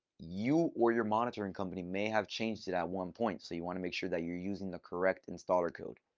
you or your monitoring company may have changed it at one point. so you want to make sure that you're using the correct installer code.